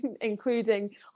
including